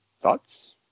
thoughts